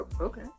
Okay